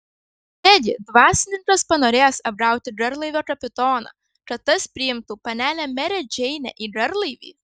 negi dvasininkas panorės apgauti garlaivio kapitoną kad tas priimtų panelę merę džeinę į garlaivį